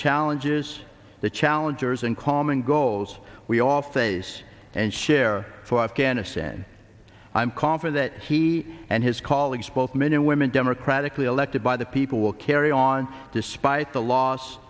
challenges the challengers and common goals we all face and share for afghanistan i'm call for that he and his colleagues both men and women democratically elected by the people will carry on despite the loss